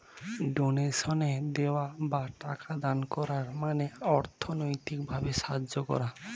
ডোনেশনে দেওয়া বা টাকা দান করার মানে অর্থনৈতিক ভাবে সাহায্য করা